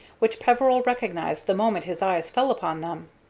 which peveril recognized the moment his eyes fell upon them.